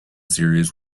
series